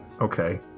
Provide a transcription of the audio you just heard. okay